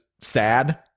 sad